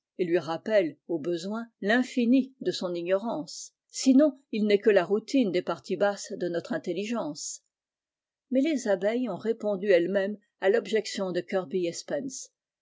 et lui rappelle au besoin l'infini de son ignorance sinon il n'est que la routine des parties basses de notre intelligence mais les abeilles ont répondu elles-mêmes à l'objection de kirby